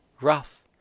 rough